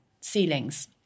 ceilings